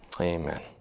Amen